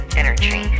energy